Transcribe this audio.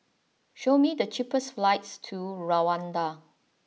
show me the cheapest flights to Rwanda